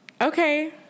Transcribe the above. Okay